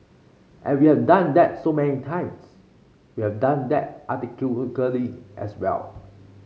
and we have done that so many times we have done that architecturally as well